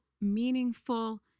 meaningful